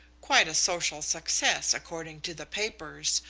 quite a social success, according to the papers!